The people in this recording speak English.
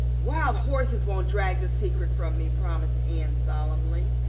wild horses won't drag the secret from me, promised anne solemnly.